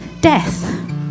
Death